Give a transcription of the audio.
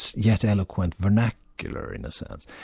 so yet eloquent vernacular in a sense.